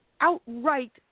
outright